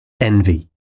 Envy